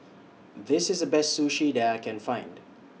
This IS The Best Sushi that I Can Find